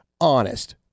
honest